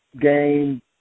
game